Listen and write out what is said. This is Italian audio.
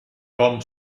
tom